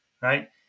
Right